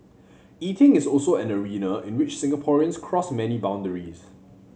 eating is also an arena in which Singaporeans cross many boundaries